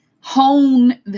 hone